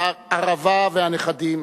ערבה והנכדים,